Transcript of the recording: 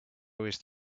always